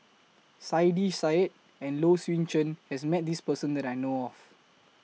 Saiedah Said and Low Swee Chen has Met This Person that I know of